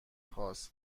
خاص